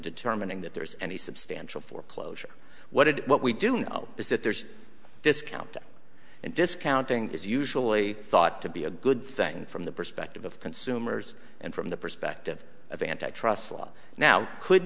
determining that there's any substantial foreclosure what it is what we do know is that there's discount and discounting is usually thought to be a good thing from the perspective of consumers and from the perspective of antitrust law now